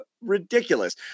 ridiculous